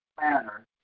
manner